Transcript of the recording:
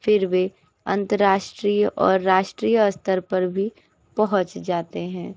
फिर वे अंतर्राष्ट्रीय और राष्ट्रीय स्तर पर भी पहुंच जाते हैं